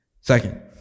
Second